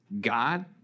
God